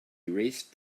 erased